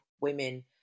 women